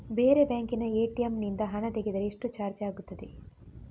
ಬೇರೆ ಬ್ಯಾಂಕಿನ ಎ.ಟಿ.ಎಂ ನಿಂದ ಹಣ ತೆಗೆದರೆ ಎಷ್ಟು ಚಾರ್ಜ್ ಆಗುತ್ತದೆ?